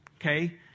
okay